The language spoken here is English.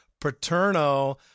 Paterno